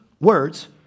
words